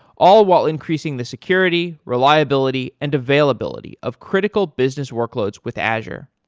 all while increasing the security, reliability and availability of critical business workloads with azure.